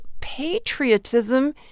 patriotism